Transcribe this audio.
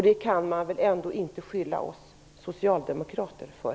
Det kan man väl ändå inte skylla oss socialdemokrater för.